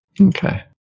Okay